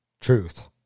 Truth